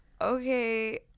okay